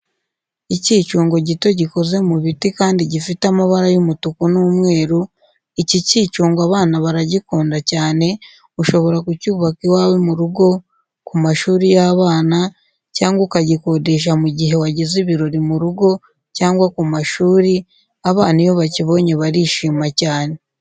Icyicungo gito gikoze mu biti kandi gifite amabara y'umutuku n'umweru, iki cyicungo abana baragikunda cyane, ushobora kucyubaka iwawe mu rugo, ku mashuri y'abana, cyangwa ukagikodesha mu gihe wagize ibirori mu rugo cyangwa ku mashuri, abana iyo bakibonye barishima cyane.